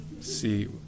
See